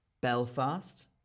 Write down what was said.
Belfast